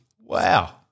Wow